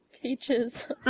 Peaches